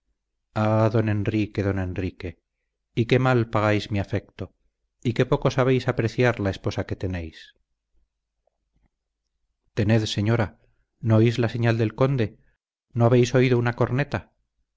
don enrique don enrique y qué mal pagáis mi afecto y qué poco sabéis apreciar la esposa que tenéis tened señora no oís la señal del conde no habéis oído una corneta